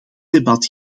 debat